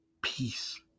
Peace